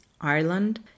Ireland